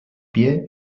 pie